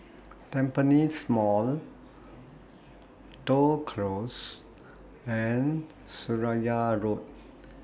Tampines Mall Toh Close and Seraya Road